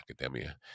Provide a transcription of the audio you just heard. academia